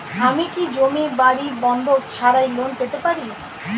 আমি কি জমি বাড়ি বন্ধক ছাড়াই লোন পেতে পারি?